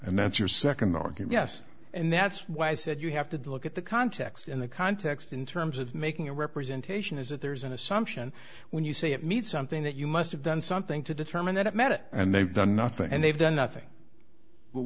and that's your second organ yes and that's why i said you have to look at the context in the context in terms of making a representation is that there's an assumption when you say it means something that you must have done something to determine that it met it and they've done nothing and they've done nothing w